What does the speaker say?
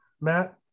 Matt